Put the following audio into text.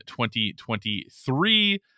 2023